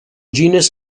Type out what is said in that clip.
genus